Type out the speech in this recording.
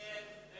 2009,